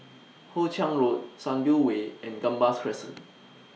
Hoe Chiang Road Sunview Way and Gambas Crescent